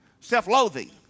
Self-loathing